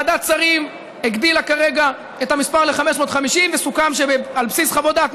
ועדת שרים הגדילה כרגע את המספר ל-550 וסוכם שעל בסיס חוות דעת,